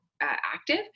active